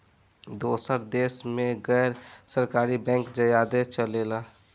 दोसर देश मे गैर सरकारी बैंक ज्यादे चलेला